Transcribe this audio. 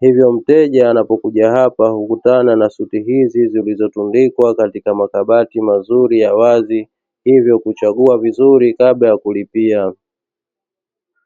Hivyo mteja anapokuja hapa hukutana na suti hizi zilizotundikwa katika makabati mazuri ya wazi, hivyo huchagua vizuri kabla ya kulipia.